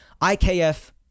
IKF